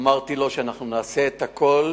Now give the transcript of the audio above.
אמרתי לו שנעשה הכול